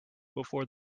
before